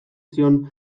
zion